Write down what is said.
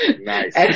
Nice